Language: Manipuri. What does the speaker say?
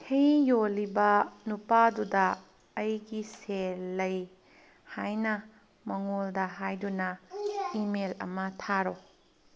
ꯍꯩ ꯌꯣꯜꯂꯤꯕ ꯅꯨꯄꯥꯗꯨꯗ ꯑꯩꯒꯤ ꯁꯦꯜ ꯂꯩ ꯍꯥꯏꯅ ꯃꯉꯣꯟꯗ ꯍꯥꯏꯗꯨꯅ ꯏꯃꯦꯜ ꯑꯃ ꯊꯥꯔꯣ